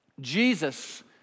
Jesus